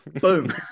Boom